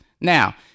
Now